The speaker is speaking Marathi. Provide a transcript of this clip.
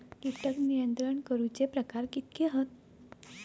कीटक नियंत्रण करूचे प्रकार कितके हत?